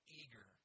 eager